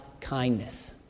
kindness